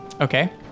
Okay